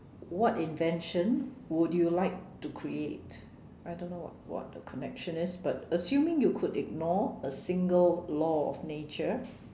what invention would you like to create I don't know what what the connection is but assuming you could ignore a single law of nature